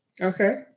Okay